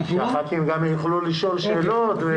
שהח"כים יוכלו גם לשאול שאלות.